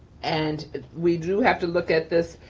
and we do have to look at this,